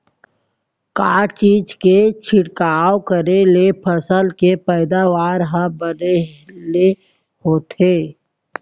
का चीज के छिड़काव करें ले फसल के पैदावार ह बने ले होथे?